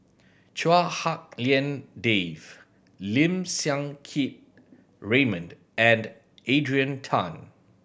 Chua Hak Lien Dave Lim Siang Keat Raymond and Adrian Tan